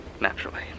Naturally